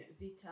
Vita